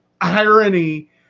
irony